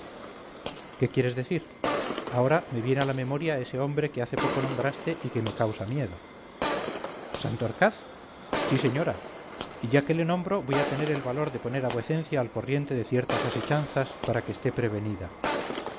qué quieres decir ahora me viene a la memoria ese hombre que hace poco nombraste y que me causa miedo santorcaz sí señora y ya que le nombro voy a tener el valor de poner a vuecencia al corriente de ciertas asechanzas para que esté prevenida